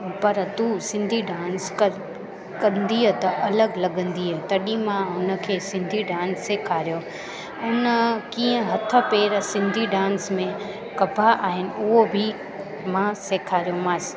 पर तूं सिंधी डांस करि कंदीअ त अलॻि लॻंदीअं तॾहिं मां उनखे सिंधी डांस सेखारियो उन कीअं हथ पेर सिंधी डांस में कॿा आहिनि उहो बि मां सेखारियोमांसि